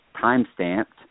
time-stamped